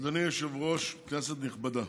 אדוני היושב-ראש, כנסת נכבדה,